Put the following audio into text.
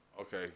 Okay